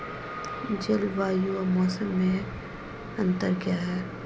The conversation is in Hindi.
जलवायु और मौसम में अंतर क्या है?